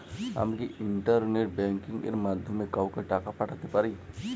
আমি কি internet banking এর মাধ্যমে কাওকে টাকা পাঠাতে পারি?